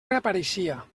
reapareixia